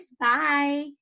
Bye